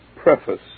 preface